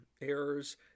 errors